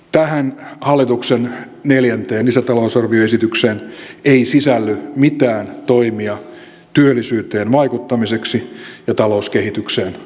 tähän hallituksen neljänteen lisätalousarvioesitykseen ei sisälly mitään toimia työllisyyteen vaikuttamiseksi ja talouskehitykseen vaikuttamiseksi